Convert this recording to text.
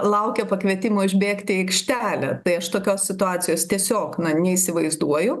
laukia pakvietimo išbėgti į aikštelę tai aš tokios situacijos tiesiog na neįsivaizduoju